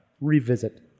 revisit